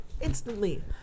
instantly